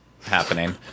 happening